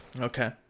Okay